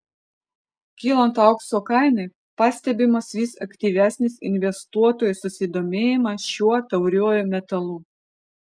kylant aukso kainai pastebimas vis aktyvesnis investuotojų susidomėjimas šiuo tauriuoju metalu